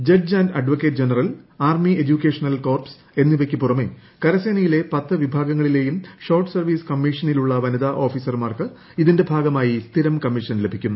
judge and advocate general army educational corps എന്നിവയ്ക്ക് പുറമെ കരസേനയിലെ പത്ത് വിഭാഗങ്ങളിലെയും ഷോർട്ട് സർവ്വീസ് കമ്മീഷനിലുള്ള വനിതാ ഓഫീസർമാർക്ക് ഇതിന്റെ ഭാഗമായി സ്ഥിരം കമ്മീഷൻ ലഭിക്കും